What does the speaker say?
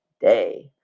day